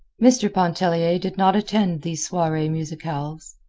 mr. pontellier did not attend these soirees musicales.